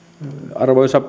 arvoisa